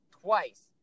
twice